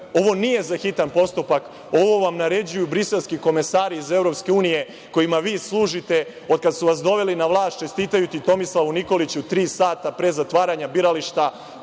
Ovo nije za hitan postupak. Ovo vam naređuju briselski komesari iz EU, kojima vi služite otkad su vas doveli na vlast, čestitajući Tomislavu Nikoliću tri sata pre zatvaranja birališta